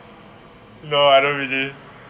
no I don't really